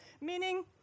meaning